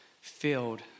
filled